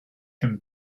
him